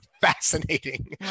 fascinating